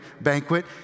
banquet